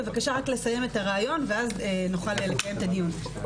בבקשה תתני לי רק לסיים את הרעיון ואז נוכל לקיים את הדיון.